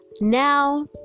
Now